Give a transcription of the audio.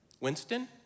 Winston